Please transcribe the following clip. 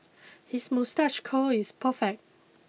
his moustache curl is perfect